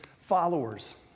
followers